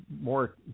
more